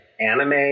anime